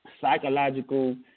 psychological